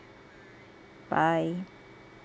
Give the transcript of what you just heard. bye